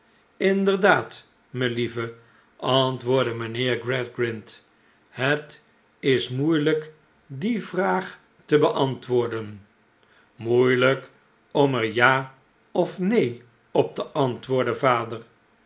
inderdaad melieve antwoordde mijnheer gradgrind het is moeielijk die vraag te beantwoorden moeielijk om er ja of neen op te antwoorden vader